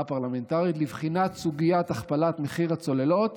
פרלמנטרית לבחינת סוגיית הכפלת מחיר הצוללות